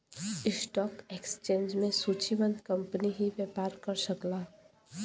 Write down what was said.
stock exchange में सूचीबद्ध company ही व्यापार कर सकला